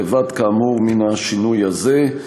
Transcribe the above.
לבד כאמור מן השינוי הזה.